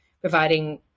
providing